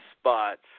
spots